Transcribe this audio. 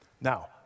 Now